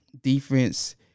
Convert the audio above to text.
defense